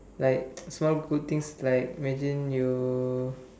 like small good things like imagine you